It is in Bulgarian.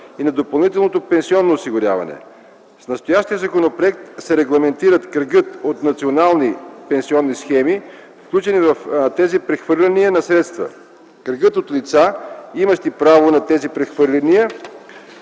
и на допълнителното пенсионно осигуряване. С настоящия законопроект се регламентират кръгът от национални пенсионни схеми, включени в тези прехвърляния на средства; кръгът от лица, имащи правото на тези прехвърляния,